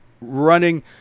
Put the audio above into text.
running